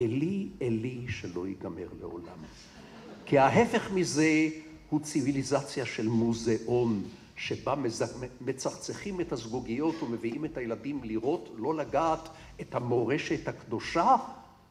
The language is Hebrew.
אלי, אלי שלא ייגמר לעולם, כי ההפך מזה הוא ציוויליזציה של מוזיאון שבה מצחצחים את הזגוגיות ומביאים את הילדים לראות, לא לגעת, את המורשת הקדושה.